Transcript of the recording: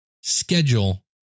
schedule